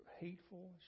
hateful